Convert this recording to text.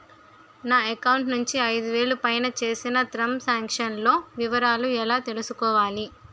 నా అకౌంట్ నుండి ఐదు వేలు పైన చేసిన త్రం సాంక్షన్ లో వివరాలు ఎలా తెలుసుకోవాలి?